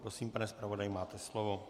Prosím, pane zpravodaji, máte slovo.